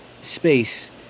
space